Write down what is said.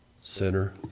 sinner